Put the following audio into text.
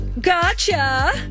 Gotcha